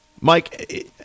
Mike